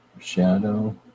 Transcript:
shadow